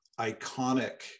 iconic